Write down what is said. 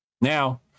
Now